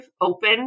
open